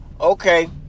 Okay